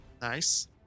Nice